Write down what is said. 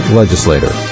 legislator